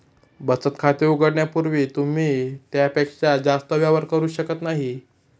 बचत खाते उघडण्यापूर्वी तुम्ही त्यापेक्षा जास्त व्यवहार करू शकत नाही